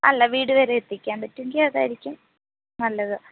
അല്ല വീടുവരെ എത്തിക്കാൻ പറ്റുമെങ്കിൽ അതായിരിക്കും നല്ലത്